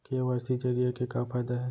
KYC जरिए के का फायदा हे?